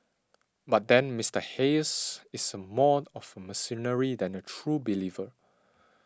but then Mister Hayes is a more of a mercenary than a true believer